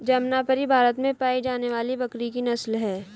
जमनापरी भारत में पाई जाने वाली बकरी की नस्ल है